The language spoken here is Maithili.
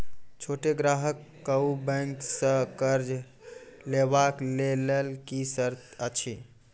छोट ग्राहक कअ बैंक सऽ कर्ज लेवाक लेल की सर्त अछि?